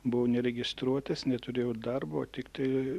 buvau neregistruotas neturėjau darbo tiktai